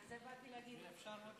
בגלל זה באתי להגיד לך.